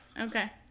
Okay